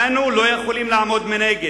אנו לא יכולים לעמוד מנגד.